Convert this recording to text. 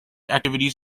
activities